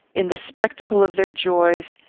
in the spectacle of their joys,